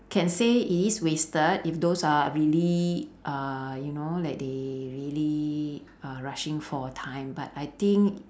can say it is wasted if those are really uh you know like they really uh rushing for time but I think